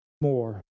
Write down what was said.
more